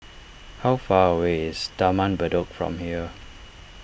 how far away is Taman Bedok from here